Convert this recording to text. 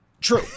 True